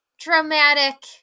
dramatic